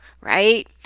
right